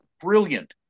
brilliant